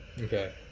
Okay